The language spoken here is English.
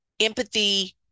Empathy